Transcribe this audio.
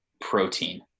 protein